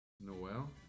Noel